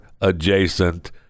adjacent